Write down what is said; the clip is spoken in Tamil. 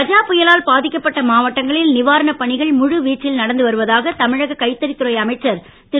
கஜா புயலால் பாதிக்கப்பட்ட மாவட்டங்களில் நிவாரணப் பணிகள் முழு வீச்சில் நடந்து வருவதாக தமிழக கைத்தறித் துறை அமைச்சர் திரு